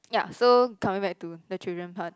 ya so coming back to the children part